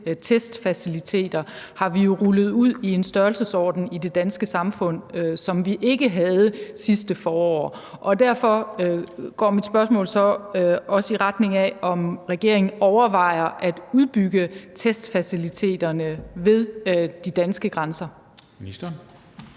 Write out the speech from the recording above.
testfaciliteter har vi jo rullet ud i en størrelsesorden i det danske samfund, som vi ikke havde sidste forår. Derfor går mit spørgsmål så også i retning af, om regeringen overvejer at udbygge testfaciliteterne ved de danske grænser.